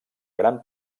gran